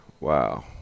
Wow